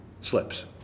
slips